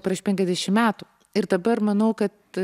prieš penkiasdešimt metų ir dabar manau kad